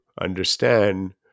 understand